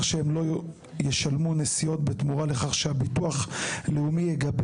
שהם לא ישלמו נסיעות בתמורה לכך שהביטוח לאומי יגבה